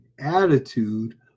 attitude